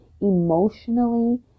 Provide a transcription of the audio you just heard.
emotionally